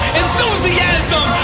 enthusiasm